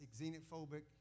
xenophobic